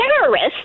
terrorists